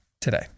today